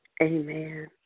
Amen